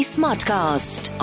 Smartcast